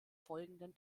folgenden